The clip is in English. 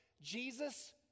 Jesus